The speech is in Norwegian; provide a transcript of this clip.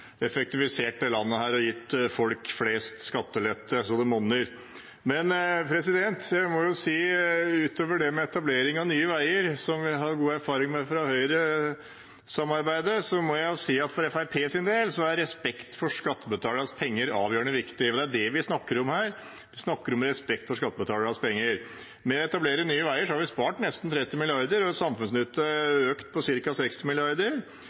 effektivisert dette landet og gitt folk flest skattelette så det monner. Utover etablering av Nye Veier, som vi har god erfaring med fra Høyre-samarbeidet, må jeg si at for Fremskrittspartiets del er respekt for skattebetalernes penger avgjørende viktig – og det er det vi snakker om her. Vi snakker om respekt for skattebetalernes penger. Ved å etablere Nye Veier har vi spart nesten 30 mrd. kr, og samfunnsnytten har økt med ca. 60